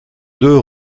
deux